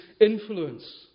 influence